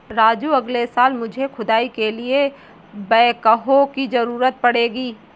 राजू अगले साल मुझे खुदाई के लिए बैकहो की जरूरत पड़ेगी